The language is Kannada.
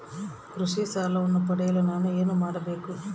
ಕೃಷಿ ಸಾಲವನ್ನು ಪಡೆಯಲು ನಾನು ಏನು ಮಾಡಬೇಕು?